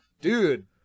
Dude